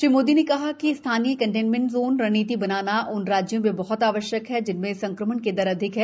श्री मोदी ने कहा कि स्थानीय कन्टेनमेंट जोन रणनीति बनाना उन राज्यों में बहत आवश्यक है जिनमें संक्रमण की दर अधिक है